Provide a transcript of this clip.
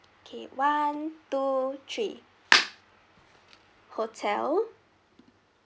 okay one two three hotel